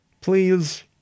Please